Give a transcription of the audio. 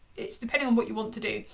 it's depending on what you want to do.